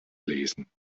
lesen